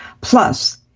Plus